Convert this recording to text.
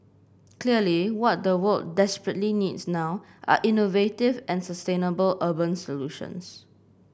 clearly what the world desperately needs now are innovative and sustainable urban solutions